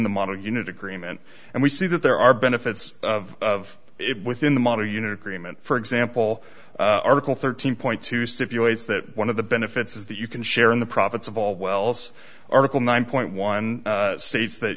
the model unit agreement and we see that there are benefits of it within the model unit agreement for example article thirteen two stipulates that one of the benefits is that you can share in the profits of all wells article nine point one states that